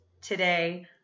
today